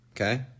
okay